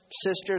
sisters